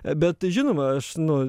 bet žinoma aš nu